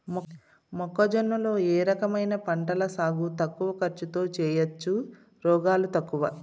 మొక్కజొన్న లో ఏ రకమైన పంటల సాగు తక్కువ ఖర్చుతో చేయచ్చు, రోగాలు తక్కువ?